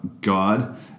God